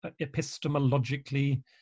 epistemologically